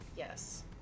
Yes